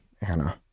Anna